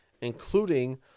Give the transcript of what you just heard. including